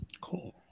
Cool